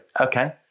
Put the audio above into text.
okay